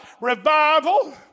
revival